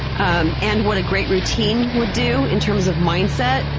um and what a great routine would do in terms of mindset.